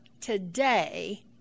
today